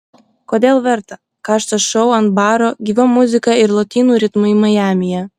kodėl verta karštas šou ant baro gyva muzika ir lotynų ritmai majamyje